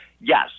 yes